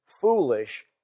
foolish